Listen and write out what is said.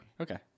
okay